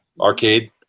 Arcade